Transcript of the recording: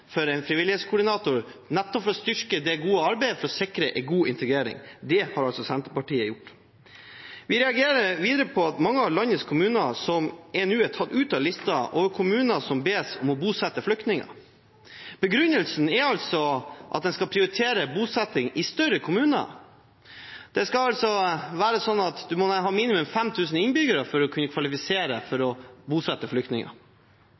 for en frivillighetskoordinator, nettopp for å styrke det gode arbeidet for å sikre en god integrering. Det har Senterpartiet gjort. Vi reagerer videre på at mange av landets kommuner nå er tatt ut av listen over kommuner som bes om å bosette flyktninger. Begrunnelsen er at en skal prioritere bosetting i større kommuner. Det må altså være minimum 5 000 innbyggere for å kvalifisere til å bosette flyktninger.